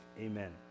Amen